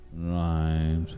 Right